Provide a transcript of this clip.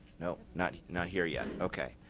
no, not not here yet. okay.